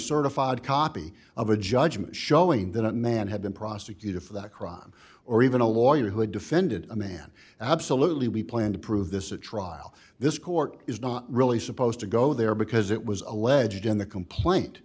certified copy of a judgment showing that a man had been prosecuted for that crime or even a lawyer who had defended a man absolutely we plan to prove this a trial this court is not really supposed to go there because it was alleged in the complaint